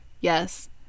Yes